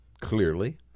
clearly